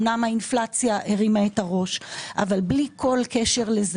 אומנם האינפלציה הרימה את הראש אבל בלי כל קשר לזה